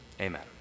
Amen